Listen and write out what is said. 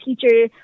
teacher